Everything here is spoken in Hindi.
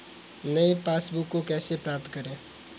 नई पासबुक को कैसे प्राप्त करें?